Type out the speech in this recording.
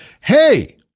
Hey